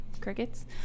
Crickets